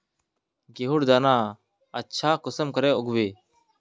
गेहूँर दाना अच्छा कुंसम के उगबे?